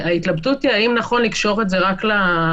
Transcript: ההתלבטות היא האם נכון לקשור את זה רק לקורונה,